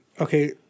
okay